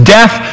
Death